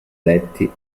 detti